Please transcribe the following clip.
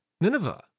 Nineveh